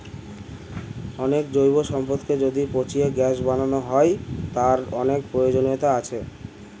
অনেক জৈব সম্পদকে যদি পচিয়ে গ্যাস বানানো হয়, তার অনেক প্রয়োজনীয়তা আছে